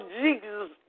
Jesus